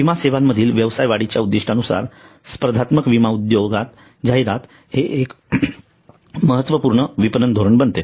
विमा सेवांमधील व्यवसाय वाढीच्या उद्दिष्टांनुसार स्पर्धात्मक विमा उद्योगात जाहिरात हे एक महत्त्वपूर्ण विपणन धोरण बनते